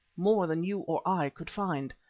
more than you or i could find.